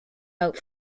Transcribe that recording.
out